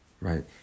right